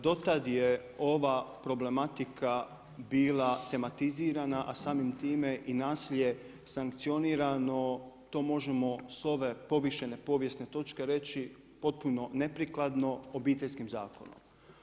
Dotad je ova problematika bila tematizirana a samim time i nasilje sankcionirano to možemo s ove povišene povijesne točke reći, potpuno neprikladno, Obiteljskim zakonom.